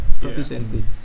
proficiency